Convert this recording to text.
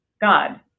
god